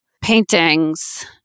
paintings